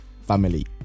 Family